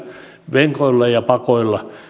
venkoilla ja pakoilla